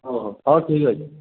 ହଉ ହଉ ହଉ ଠିକ୍ ଅଛି